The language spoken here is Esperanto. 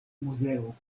muzeo